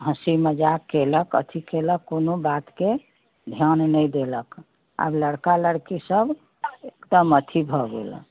हँसी मजाक कयलक अथी कयलक कोनो बातके ध्यान नहि देलक आब लड़का लड़की सब एकदम अथी भऽ गेल हँ